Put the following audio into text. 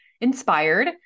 inspired